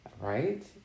Right